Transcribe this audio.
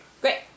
Great